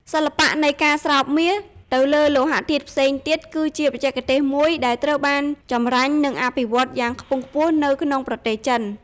សិល្បៈនៃការស្រោបមាសទៅលើលោហៈធាតុផ្សេងទៀត គឺជាបច្ចេកទេសមួយដែលត្រូវបានចម្រាញ់ និងអភិវឌ្ឍយ៉ាងខ្ពង់ខ្ពស់នៅក្នុងប្រទេសចិន។